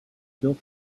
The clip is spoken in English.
built